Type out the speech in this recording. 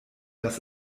das